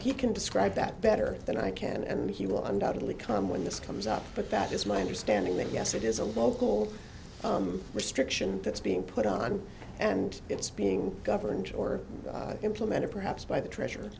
he can describe that better than i can and he will undoubtedly come when this comes up but that is my understanding that yes it is a local restriction that's being put on and it's being governed or implemented perhaps by the treasure